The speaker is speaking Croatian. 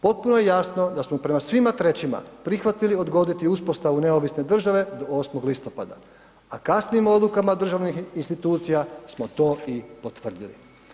Potpuno je jasno da smo prema svima trećima prihvatili odgoditi uspostavu neovisne države 8. listopada, a kasnijim odlukama državnih institucija smo to i potvrdili.